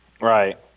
Right